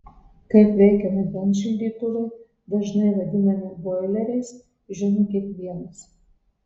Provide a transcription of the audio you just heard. kaip veikia vandens šildytuvai dažnai vadinami boileriais žino kiekvienas